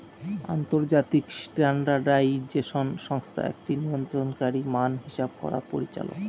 আন্তর্জাতিক স্ট্যান্ডার্ডাইজেশন সংস্থা একটি নিয়ন্ত্রণকারী মান হিসাব করার পরিচালক